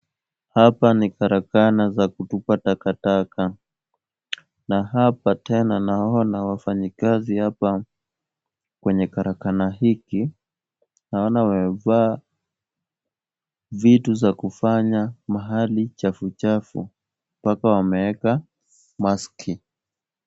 Hapa ni karakana za kutupa takataka na hapa tena naona wafanyikazi hapa kwenye karakana hiki. Naona wamevaa vitu za kufanya mahali chafuchafu, mpaka wameeka maski .